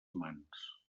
mans